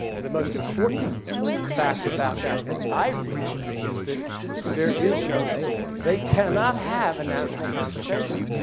the most important fact about that, as i read it, is that there is no they cannot have a national conversation.